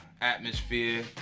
atmosphere